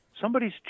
somebody's